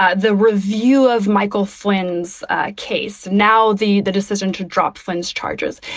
ah the review of michael flynn's case. now, the the decision to drop flynn's charges.